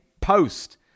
post